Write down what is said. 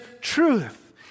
truth